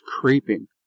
creeping